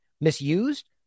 misused